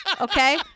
Okay